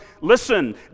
listen